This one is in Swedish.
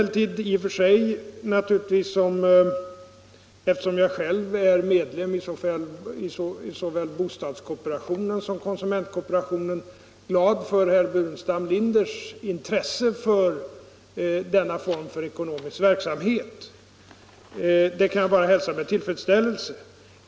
Eftersom jag själv är medlem i såväl bostadskooperationen som konsumentkooperationen är jag emellertid givetvis glad för herr Burenstam Linders intresse för denna form av ekonomisk verksamhet. Det kan jag bara hälsa med tillfredsställelse.